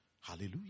Hallelujah